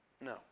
No